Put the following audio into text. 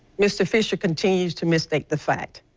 mr. fisher continues to misstate the facts.